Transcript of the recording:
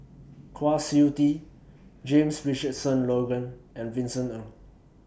Kwa Siew Tee James Richardson Logan and Vincent Ng